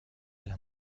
las